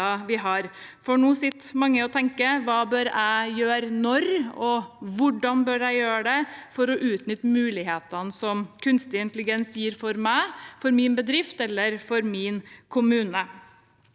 har. Nå sitter mange og tenker: Hva bør jeg gjøre når, og hvordan bør jeg gjøre det for å utnytte mulighetene som kunstig intelligens gir meg, min bedrift eller min kommune?